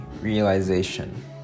Realization